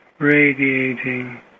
radiating